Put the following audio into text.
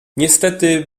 niestety